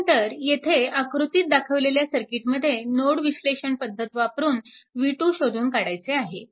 त्यानंतर येथे आकृतीत दाखवलेल्या सर्किटमध्ये नोड विश्लेषण पद्धत वापरून v2 शोधून काढायचे आहे